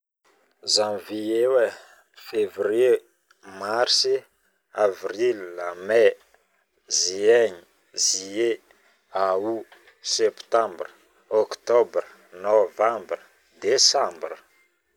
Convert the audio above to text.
Jenviet, fevrier, mars, avril, mais, juin, juillet, aout, septembre, octobre, novembre, decembre